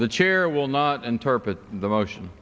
the chair will not interpret the motion